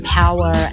power